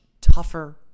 tougher